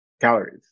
calories